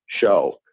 show